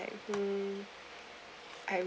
like um I